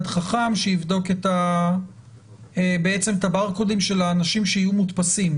חכם שיבדוק את בעצם את הברקודים שיהיו מודפסים,